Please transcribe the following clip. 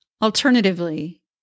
Alternatively